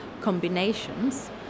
combinations